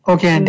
Okay